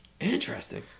Interesting